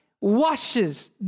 washes